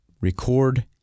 Record